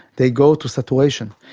they go to saturation.